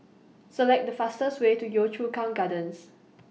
Select The fastest Way to Yio Chu Kang Gardens